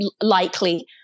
likely